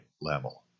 level